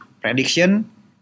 prediction